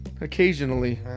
Occasionally